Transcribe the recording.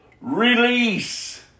Release